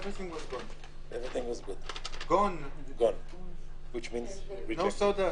בוא נרשה רק טיולים בפארקים לאומיים,